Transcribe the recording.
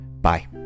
Bye